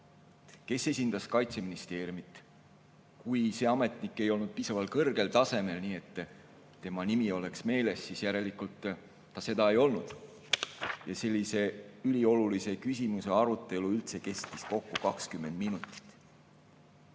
Kes esindas Kaitseministeeriumit? Kui see ametnik ei olnud piisavalt kõrgel tasemel, nii et tema nimi oleks meeles, siis järelikult ta seda ei olnud. Ja sellise üliolulise küsimuse arutelu üldse kestis kokku 20 minutit.